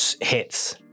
hits